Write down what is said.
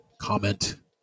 comment